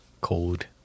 cold